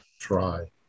Try